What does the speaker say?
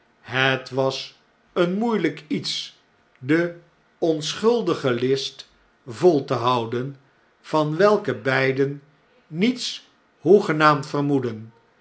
het was een moeielgk iets de onschuldige list vol te houden van welke beiden niets hoegenaamd vermoedden